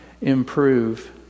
improve